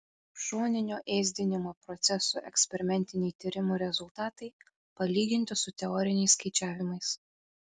šoninio ėsdinimo procesų eksperimentiniai tyrimų rezultatai palyginti su teoriniais skaičiavimais